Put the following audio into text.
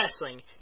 wrestling